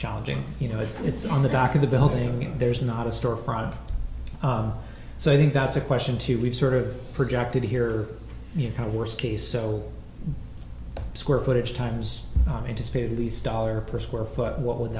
challenging you know it's on the back of the building there's not a storefront so i think that's a question too we've sort of projected here you know worst case so square footage times anticipated these dollar per square foot what would